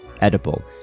edible